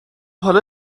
حالا